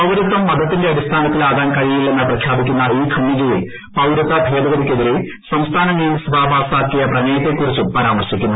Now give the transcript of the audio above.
പൌരത്വം മതത്തിന്റെ അടിസ്ഥാനത്തിലാകാൻ കഴിയില്ലെന്ന് പ്രഖ്യാപിക്കുന്ന ഈ ഖണ്ഡികയിൽ പൌരത്വ ഭേദഗതിക്കെതിരെ സംസ്ഥാന നിയമസഭ പാസാക്കിയ പ്രമേയത്തെകുറിച്ചും പരാമർശിക്കുന്നു